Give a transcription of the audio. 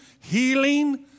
healing